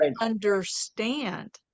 Understand